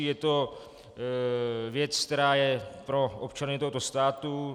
Je to věc, která je pro občany tohoto státu.